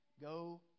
Go